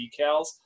decals